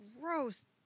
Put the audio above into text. gross